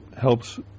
helps